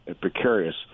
precarious